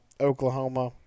Oklahoma